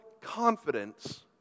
confidence